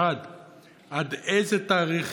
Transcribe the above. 1. עד איזה תאריך